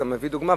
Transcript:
ואתה מביא דוגמה,